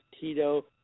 Tito